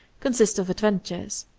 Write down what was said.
consist of adventures.